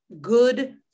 good